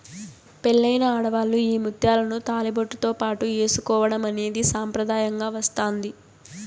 పెళ్ళైన ఆడవాళ్ళు ఈ ముత్యాలను తాళిబొట్టుతో పాటు ఏసుకోవడం అనేది సాంప్రదాయంగా వస్తాంది